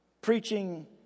Preaching